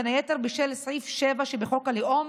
בין היתר בשל סעיף 7 שבחוק הלאום,